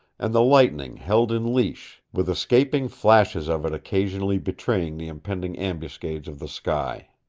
and the lightning held in leash, with escaping flashes of it occasionally betraying the impending ambuscades of the sky.